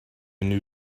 new